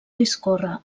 discorre